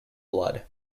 blood